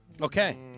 Okay